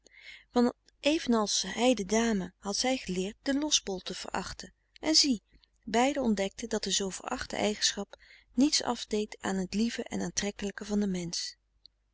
want evenals hij de dame had zij geleerd den losbol te verachten en zie beiden ontdekten dat de zoo verachte eigenschap niets afdeed aan het lieve en aantrekkelijke van den mensch